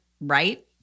right